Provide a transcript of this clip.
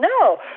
No